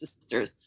sisters